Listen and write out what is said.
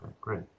great